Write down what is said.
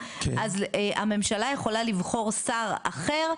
אז הממשלה יכולה לבחור שר אחר,